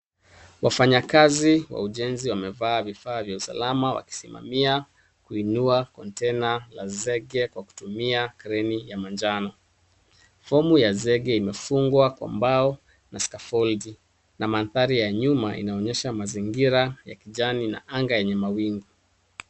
Wafanyakazi wa ujenzi wamevaa vifaa vya usalama wakisimamia kuinua kontena la zege kwa kutumia kreni ya manjano. Fomu ya zege imefungwa kwa mbao na skafoldi na mandhari ya nyuma inaonyesha mazingira ya kijani na anga yenye mawingu.